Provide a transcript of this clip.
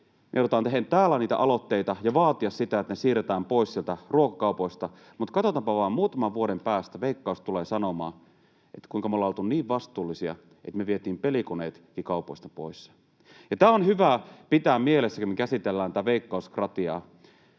Me joudutaan tekemään täällä niitä aloitteita ja vaatimaan sitä, että pelikoneet siirretään pois ruokakaupoista, mutta katsotaanpa vain: muutaman vuoden päästä Veikkaus tulee sanomaan, kuinka he ovat olleet niin vastuullisia, että veivät pelikoneet kaupoista pois. Tämä on hyvä pitää mielessä, kun me käsitellään tätä veikkauskratiaa: